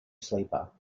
sleeper